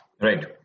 Right